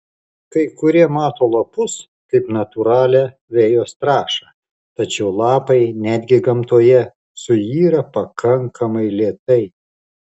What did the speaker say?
kai kurie mato lapus kaip natūralią vejos trąšą tačiau lapai netgi gamtoje suyra pakankamai lėtai